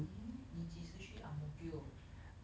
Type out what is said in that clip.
eh 你几时去 ang mo kio